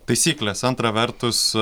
taisyklės antra vertus